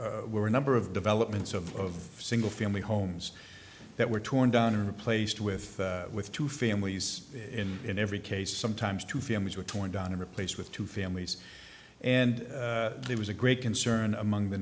were were a number of developments of single family homes that were torn down and replaced with with two families in in every case sometimes two families were torn down and replaced with two families and there was a great concern among the